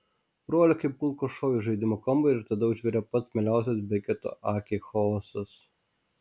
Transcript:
broliai kaip kulkos šovė iš žaidimų kambario ir tada užvirė pats mieliausias beketo akiai chaosas